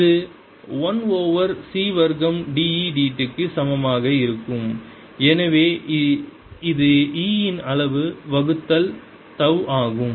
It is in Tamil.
இது 1 ஓவர் C வர்க்கம் d E d t க்கு சமமாக இருக்கும் எனவே இது E இன் அளவு வகுத்தல் தவ் ஆகும்